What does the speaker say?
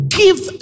give